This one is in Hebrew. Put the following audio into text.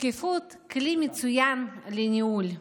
שקיפות היא כלי מצוין לניהול.